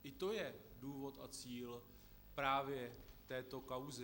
I to je důvod a cíl právě této kauzy.